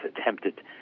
attempted